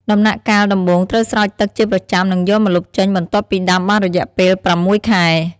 ដំណាក់កាលដំបូងត្រូវស្រោចទឹកជាប្រចាំនិងយកម្លប់ចេញបន្ទាប់ពីដាំបានរយៈពេលប្រាំមួយខែ។